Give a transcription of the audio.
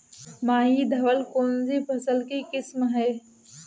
माही धवल कौनसी फसल की किस्म है?